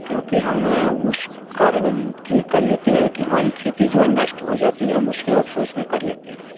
क्योंकि हम उस कारण कि कर लेते हैं कि हमारी खेती जो है नष्ट हो जाती है हम उसमें अफसोस में कर लेते हैं